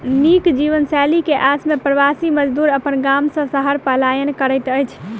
नीक जीवनशैली के आस में प्रवासी मजदूर अपन गाम से शहर पलायन करैत अछि